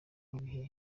ibihe